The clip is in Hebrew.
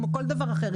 כמו כל דבר אחר.